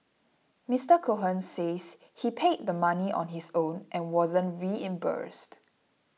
Mister Cohen says he paid the money on his own and wasn't reimbursed